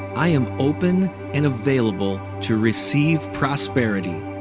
i am open and available to receive prosperity.